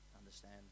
understand